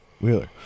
wheeler